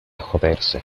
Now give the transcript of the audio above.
joderse